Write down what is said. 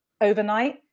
overnight